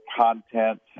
content